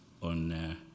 on